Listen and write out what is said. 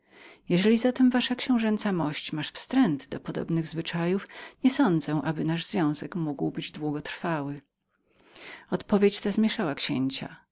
jeżeli zatem wasza książęca mość ma wstręt do podobnych zwyczajów nie sądzę aby nasz związek mógł być długo trwałym odpowiedź ta zmieszała księcia